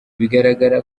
bigaragara